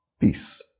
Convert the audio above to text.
Peace